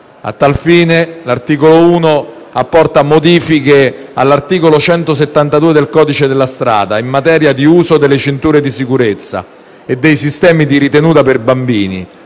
A tal fine, l'articolo 1 apporta modifiche all'articolo 172 del codice della strada in materia di uso delle cinture di sicurezza e dei sistemi di ritenuta per bambini,